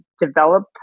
develop